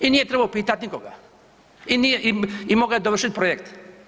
I nije trebao pitati nikoga i mogao je dovršiti projekt.